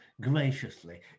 graciously